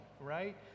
right